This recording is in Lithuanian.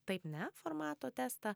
taip ne formato testą